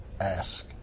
ask